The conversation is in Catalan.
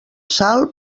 sal